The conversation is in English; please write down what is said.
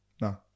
No